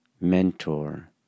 mentor